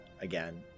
again